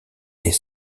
est